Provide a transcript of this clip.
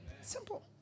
Simple